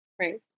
Right